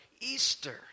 Easter